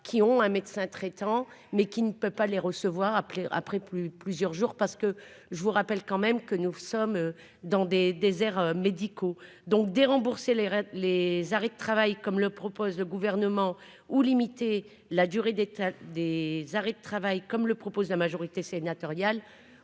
qui ont un médecin traitant, mais qui ne peut pas les recevoir appeler après plus plusieurs jours parce que je vous rappelle quand même que nous sommes dans des déserts médicaux donc dérembourser les, les arrêts de travail, comme le propose le gouvernement ou limiter la durée des tas, des arrêts de travail, comme le propose la majorité sénatoriale,